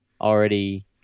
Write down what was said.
already